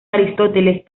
aristóteles